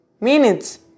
minutes